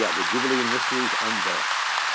yeah the jubilee and mysteries unveiled.